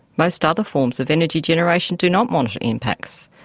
most other forms of energy generation do not monitor impacts.